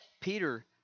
Peter